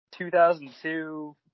2002